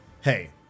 hey